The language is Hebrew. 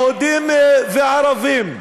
יהודים וערבים.